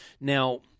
Now